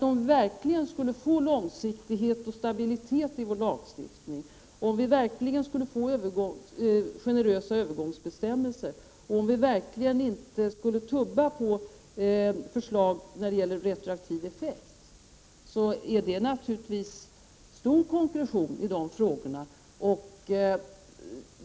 Om vi verkligen skulle få till stånd långsiktighet och stabilitet i lagstiftningen samt generösa övergångsbestämmelser och om vi inte skulle tubba på förslag när det gäller retroaktiv effekt, har de frågorna naturligtvis stor konkretion.